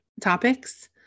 topics